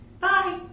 Bye